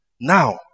Now